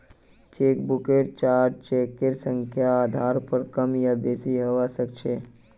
चेकबुकेर चार्ज चेकेर संख्यार आधार पर कम या बेसि हवा सक्छे